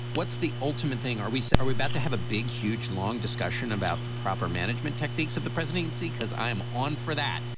what's the ultimate thing? are we so are we about to have a big, huge, long discussion about the proper management techniques of the presidency? because i'm on for that.